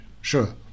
Sure